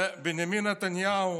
ובנימין נתניהו